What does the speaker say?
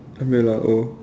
umbrella oh